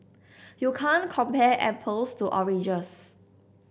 you can't compare apples to oranges